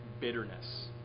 bitterness